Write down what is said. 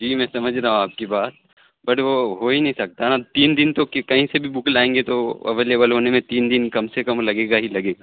جی میں سمجھ رہا ہوں آپ کی بات بٹ وہ ہو ہی نہیں سکتا نا تین دن تو کہیں سے بھی بک لائیں گے تو اویلیبل ہونے میں تین دن کم سے کم لگے گا ہی لگے گا